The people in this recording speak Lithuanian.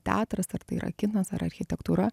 teatras ar tai yra kinas ar architektūra